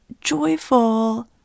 joyful